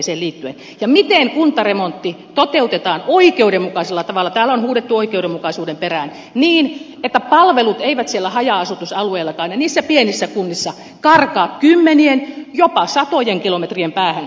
ja miten kuntaremontti toteutetaan oikeudenmukaisella tavalla täällä on huudettu oikeudenmukaisuuden perään niin että palvelut eivät siellä haja asutusalueillakaan ja niissä pienissä kunnissa karkaa kymmenien jopa satojen kilometrien päähän